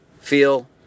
feel